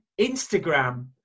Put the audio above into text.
instagram